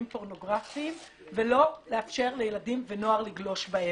פורנוגרפיים ולא לאפשר לילדים ונוער לגלוש בהם.